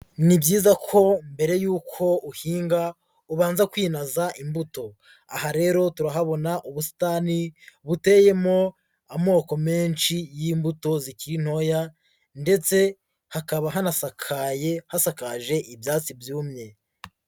Ni byiza ko mbere yuko uhinga ubanza kwinaza imbuto, aha rero turahabona ubusitani buteyemo amoko menshi y'imbuto zikiri ntoya ndetse hakaba hanasakaye hasakaje ibyatsi byumye.